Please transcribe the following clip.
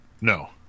No